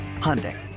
Hyundai